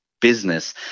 business